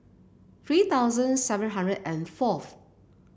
three thousand seven hundred and fourth